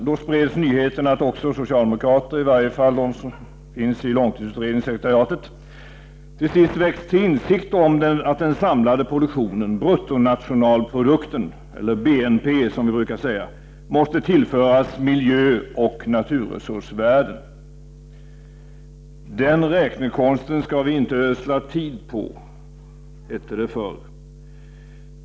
Då spreds nyheten att också socialdemokraterna, i varje fall de vid långtidsutredningssekretariatet, till sist väckts till insikt om att den samlade produktionen — bruttonationalprodukten, eller BNP som vi brukar säga — måste tillföras miljöoch naturresursvärden. ”Den räknekonsten ska vi inte ödsla tid på”, hette det förr.